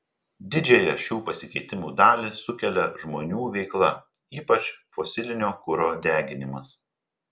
didžiąją šių pasikeitimų dalį sukelia žmonių veikla ypač fosilinio kuro deginimas